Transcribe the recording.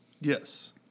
Yes